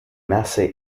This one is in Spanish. nace